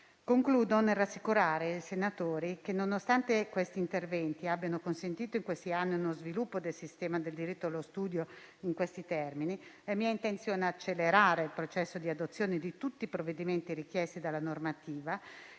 Concludo rassicurando i senatori che, nonostante gli interventi citati abbiano consentito negli ultimi anni uno sviluppo del sistema del diritto allo studio in questi termini, è mia intenzione accelerare il processo di adozione di tutti i provvedimenti richiesti dalla normativa e